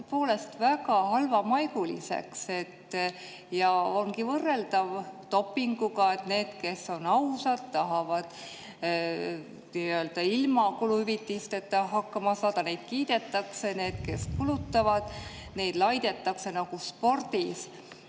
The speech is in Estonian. tõepoolest väga halvamaiguliseks? See ongi võrreldav dopinguga – need, kes on ausad, tahavad ilma kuluhüvitisteta hakkama saada ja neid kiidetakse, aga neid, kes kulutavad, laidetakse, nii nagu spordis.